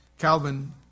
Calvin